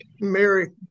Mary